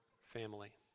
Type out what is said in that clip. family